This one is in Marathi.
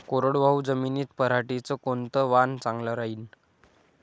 कोरडवाहू जमीनीत पऱ्हाटीचं कोनतं वान चांगलं रायीन?